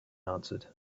answered